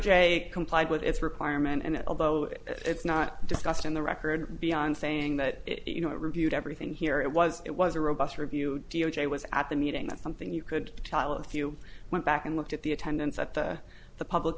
j complied with its requirement and although it's not discussed in the record beyond saying that you know it reviewed everything here it was it was a robust review d o j was at the meeting that something you could tell if you went back and looked at the attendance at the the public